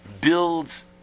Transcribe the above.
builds